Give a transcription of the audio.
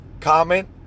comment